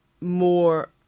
more